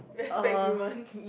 wear specs woman